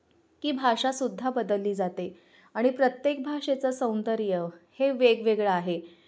की भाषासुद्धा बदलली जाते आणि प्रत्येक भाषेचं सौंदर्य हे वेगवेगळं आहे